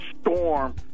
storm